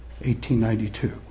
1892